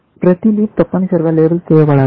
ప్రతి లీఫ్ తప్పనిసరిగా లేబుల్ చేయబడాలి